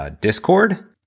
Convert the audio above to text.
discord